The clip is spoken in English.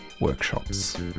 workshops